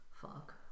Fuck